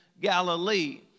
Galilee